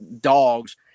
dogs